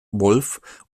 wolff